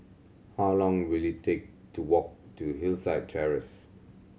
how long will it take to walk to Hillside Terrace